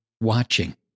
watching